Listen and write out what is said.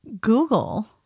Google